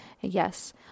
yes